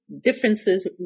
Differences